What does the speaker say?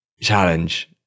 challenge